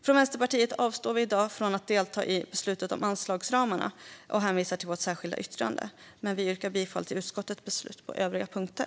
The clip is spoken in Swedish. Vi i Vänsterpartiet avstår i dag från att delta i beslutet om anslagsramarna och hänvisar till vårt särskilda yttrande, men vi yrkar bifall till utskottets förslag på övriga punkter.